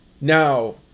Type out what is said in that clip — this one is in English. Now